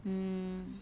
mm